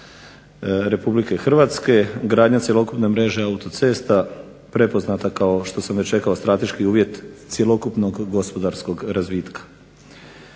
Hrvatske gradnja cjelokupne mreže autocesta prepoznata kao strateški uvjet cjelokupnog gospodarskog oblika.